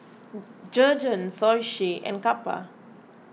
Jergens Oishi and Kappa